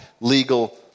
legal